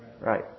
right